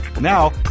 Now